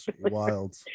wild